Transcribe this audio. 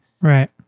Right